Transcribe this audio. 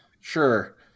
Sure